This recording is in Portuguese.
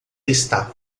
está